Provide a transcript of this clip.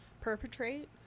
perpetrate